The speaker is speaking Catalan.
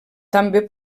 també